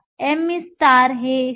me हे 0